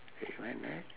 wait went where